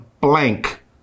blank